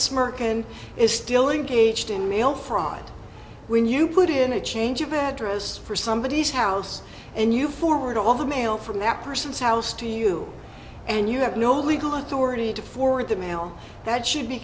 smirk and is stealing gauged in mail fraud when you put in a change of address for somebodies house and you forward all the mail from that person's house to you and you have no legal authority to forward the mail that should be